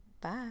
Bye